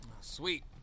Sweet